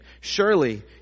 Surely